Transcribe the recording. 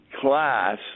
class